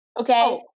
okay